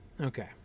okay